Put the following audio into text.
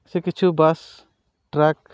ᱥᱮ ᱠᱤᱪᱷᱩ bus truck